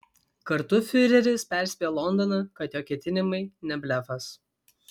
kartu fiureris perspėjo londoną kad jo ketinimai ne blefas